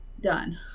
done